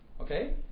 Okay